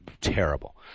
Terrible